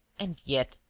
and yet.